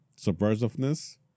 subversiveness